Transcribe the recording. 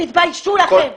תתביישו לכם.